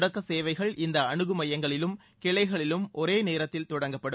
தொடக்க சேவைகள் இந்த அனுகு மையங்களிலும் கிளைகளிலும் ஒரே நேரத்தில் தொடங்கப்படும்